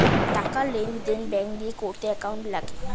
টাকার লেনদেন ব্যাঙ্ক দিয়ে করতে অ্যাকাউন্ট লাগে